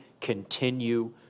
continue